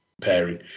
pairing